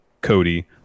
Cody